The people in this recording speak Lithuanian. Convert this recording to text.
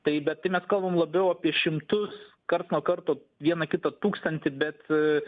tai bet tai mes kalbam labiau apie šimtus karts nuo karto vieną kitą tūkstantį bet